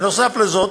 נוסף על כך,